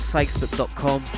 Facebook.com